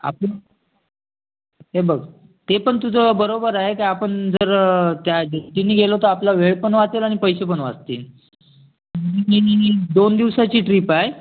आपण हे बघ ते पण तुझं बरोबर आहे की आपण जर त्या डेसटीने गेलो तर आपला वेळ पण वाचेल आणि पैसे पण वाचतील दोन दिवसाची ट्रिप आहे